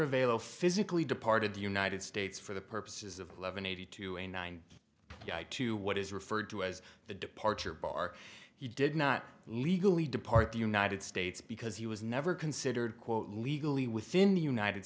avail physically departed the united states for the purposes of eleven eighty two a nine to what is referred to as the departure bar he did not legally depart the united states because he was never considered quote legally within the united